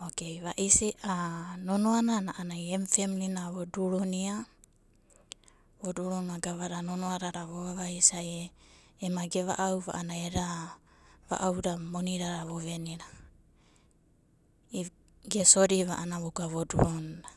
Okei va'isina nonoanana a'anai em femlina voduruna voduruna gavada nonoadada vuvavai. Ema geva'au va a'anai a'a va'auda monidada badina gesodiva a'ana voga vodurunda.